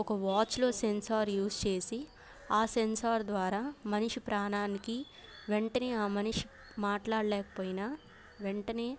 ఒక వాచ్లో sensor use చేసి ఆ సెన్సార్ ద్వారా మనిషి ప్రాణానికి వెంటనే ఆ మనిషి మాట్లాడలేకపోయినా వెంటనే